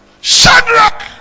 Shadrach